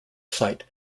site